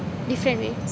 different way